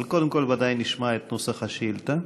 אבל קודם כול ודאי נשמע את נוסח השאילתה,